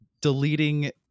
deleting